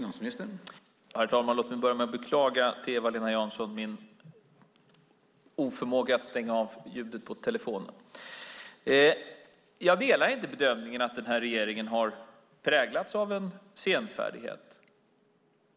Herr talman! Låt mig börja med att beklaga till Eva-Lena Jansson min oförmåga att stänga av ljudet på telefonen! Jag delar inte bedömningen att den här regeringen har präglats av senfärdighet.